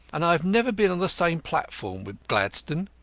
and i have never been on the same platform with gladstone.